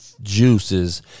juices